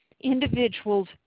individuals